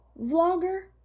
vlogger